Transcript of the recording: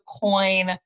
coin